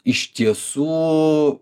iš tiesų